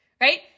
right